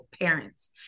parents